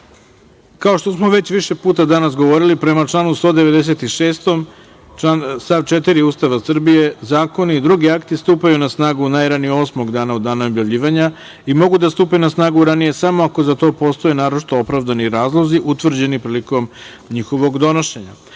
što smo već više puta danas govorili, prema članu 196. stav 4. Ustava Republike Srbije, zakoni i drugi akti stupaju na snagu najranije osmog dana od dana objavljivanja i mogu da stupe na snagu ranije samo ako za to postoje naročiti opravdani razlozi utvrđeni prilikom njihovog donošenja. Stavljam